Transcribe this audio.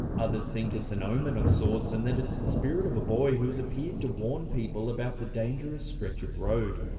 others think it's an omen of sorts, and that it's the spirit of a boy who has appeared to warn people about the dangerous stretch of road.